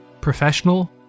professional